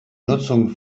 nutzung